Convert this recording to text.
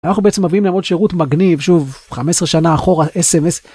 אנחנו בעצם מביאים להם עוד שירות מגניב שוב 15 שנה אחורה sms.